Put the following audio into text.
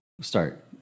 start